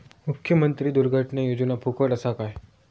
मुख्यमंत्री दुर्घटना योजना फुकट असा काय?